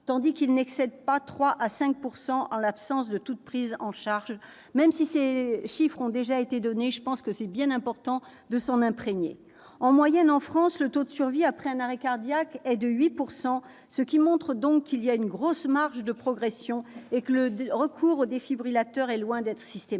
tandis qu'il n'excède pas 3 % à 5 % en l'absence de toute prise en charge. Même si ces chiffres ont déjà été donnés, il est vraiment important de les répéter pour bien nous en imprégner. En moyenne, en France, le taux de survie après un arrêt cardiaque est de 8 %, ce qui montre donc qu'il y a une grosse marge de progression et que le recours au défibrillateur est loin d'être systématique.